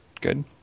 Good